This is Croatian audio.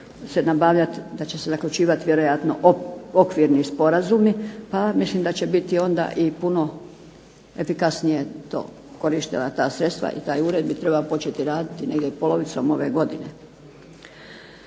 da će se zaključivat vjerojatno okvirni sporazumi pa mislim da će biti onda i puno efikasnije korištena ta sredstva i taj ured bi trebao početi raditi negdje polovicom ove godine.